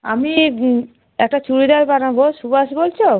আমি একটা চুড়িদার বানাবো সুভাষ বলছো